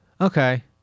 Okay